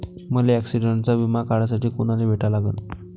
मले ॲक्सिडंटचा बिमा काढासाठी कुनाले भेटा लागन?